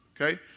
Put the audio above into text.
Okay